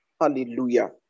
Hallelujah